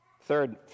Third